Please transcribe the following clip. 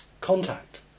contact